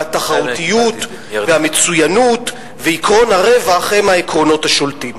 התחרותיות והמצוינות ועקרון הרווח הם העקרונות השולטים.